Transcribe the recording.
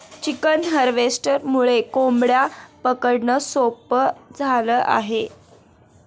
chicken हार्वेस्टरमुळे कोंबड्या पकडणं सोपं झालं आहे